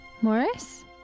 Morris